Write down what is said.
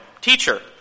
Teacher